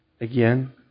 Again